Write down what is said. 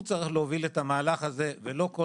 הוא צריך להוביל את המהלך הזה ולא כל